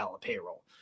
payroll